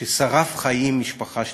ששרף חיים משפחה שלמה?